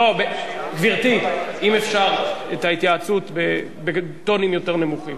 אם אפשר את ההתייעצות בטונים יותר נמוכים.